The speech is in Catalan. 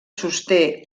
sosté